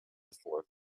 before